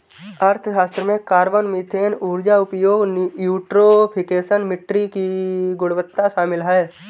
अर्थशास्त्र में carbon, methane ऊर्जा उपयोग, यूट्रोफिकेशन, मिट्टी की गुणवत्ता शामिल है